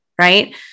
right